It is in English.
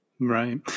Right